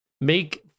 Make